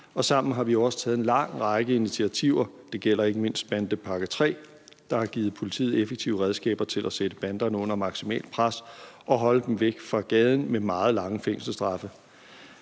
sammen har vi jo også taget en lang række initiativer – det gælder ikke mindst bandepakke III – der har givet politiet effektive redskaber til at sætte banderne under maksimalt pres og holde dem væk fra gaden ved hjælp af meget lange fængselsstraffe.